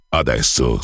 adesso